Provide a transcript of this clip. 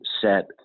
set